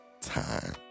time